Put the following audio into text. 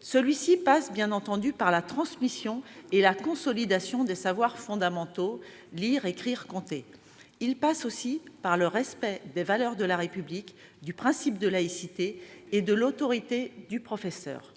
Celui-ci passe bien entendu par la transmission et la consolidation des savoirs fondamentaux- lire, écrire, compter -, mais aussi par le respect des valeurs de la République, du principe de laïcité et de l'autorité du professeur.